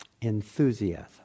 Enthusiasm